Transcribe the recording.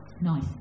Nice